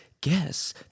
guess